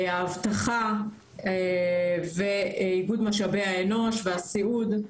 האבטחה ואיגוד משאבי האנוש והסיעוד.